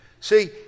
See